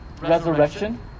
resurrection